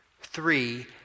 Three